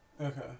Okay